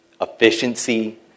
efficiency